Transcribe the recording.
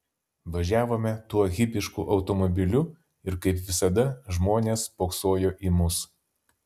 važiavome tuo hipišku automobiliu ir kaip visada žmonės spoksojo į mus